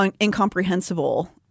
incomprehensible